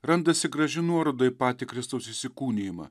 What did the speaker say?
randasi graži nuoroda į patį kristaus įsikūnijimą